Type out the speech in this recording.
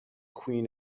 queen